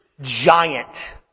giant